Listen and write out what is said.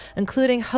including